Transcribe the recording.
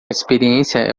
experiência